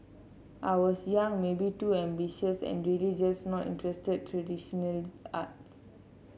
I was young maybe too ambitious and really just not interested traditional arts